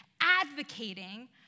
advocating